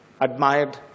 admired